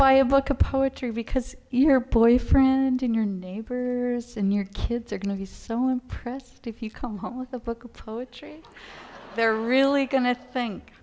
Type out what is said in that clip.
buy a book of poetry because your boyfriend in your neighbor in your kids are going to be so impressed if you come home with a book of poetry they're really going to think